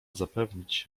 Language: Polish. zapewnić